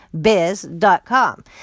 biz.com